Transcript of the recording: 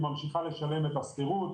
היא ממשיכה לשלם את השכירות,